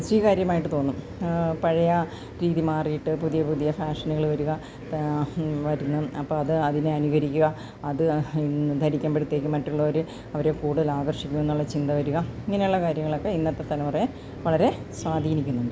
സ്വീകാര്യമായിട്ട് തോന്നും പഴയ രീതി മാറിയിട്ട് പുതിയപുതിയ ഫാഷനുകൾ വരിക വരുന്ന അപ്പം അത് അതിനെ അനുകരിക്കുക അത് ധരിക്കുമ്പഴത്തേക്ക് മറ്റുള്ളവര് അവരെ കൂടുതൽ ആകർഷിക്കുക എന്നുള്ള ചിന്ത വരിക ഇങ്ങനെ ഉള്ള കാര്യങ്ങളൊക്കെ ഇന്നത്തെ തലമുറയെ വളരെ സ്വാധീനിക്കുന്നുണ്ട്